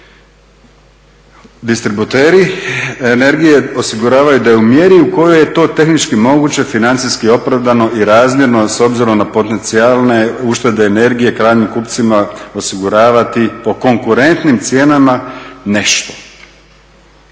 Distributeri energije osiguravaju da je u mjeri u kojoj je to tehnički moguće financijski opravdano i razmjerno s obzirom na potencijalne uštede energije krajnjim kupcima osiguravati po konkurentnim cijenama nešto,